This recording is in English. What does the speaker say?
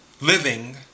living